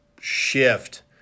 shift